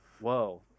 Whoa